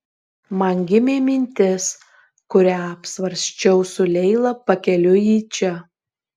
man gimė mintis kurią apsvarsčiau su leila pakeliui į čia